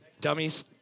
Dummies